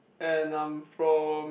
and I'm from